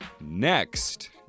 Next